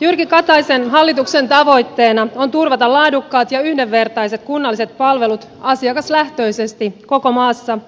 jyrki kataisen hallituksen tavoitteena on turvata laadukkaat ja yhdenvertaiset kunnalliset palvelut asiakaslähtöisesti koko maassa